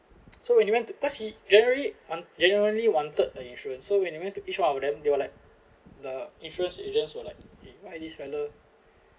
so when you went to cause he generally want generally wanted a insurance so when you went to each one of them they were like the insurance agents were like eh why this fellow